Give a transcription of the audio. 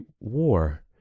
War